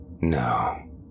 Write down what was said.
No